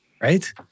Right